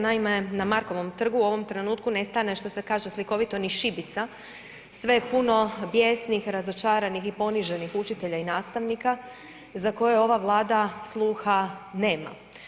Naime, na Markovom trgu u ovom trenutku ne stane što se kaže slikovito ni šibica, sve je puno bijesnih, razočaranih i poniženih učitelja i nastavnika za koje ova Vlada sluha nema.